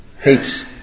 hates